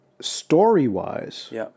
story-wise